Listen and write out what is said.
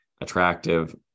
attractive